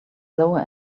lower